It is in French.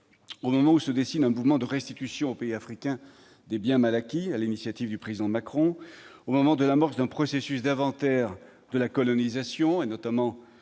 Au moment où se dessine un mouvement de restitution aux pays africains de biens mal acquis sur l'initiative du Président de la République, au moment de l'amorce d'un processus d'inventaire de la colonisation, notamment